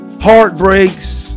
Heartbreaks